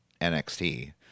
NXT